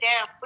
down